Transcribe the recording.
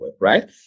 right